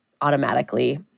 automatically